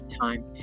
time